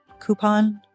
coupon